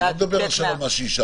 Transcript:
אני לא מדבר עכשיו על מה שאישרנו.